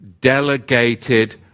delegated